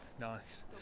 Nice